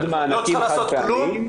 היא לא צריכה לעשות כלום?